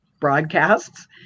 broadcasts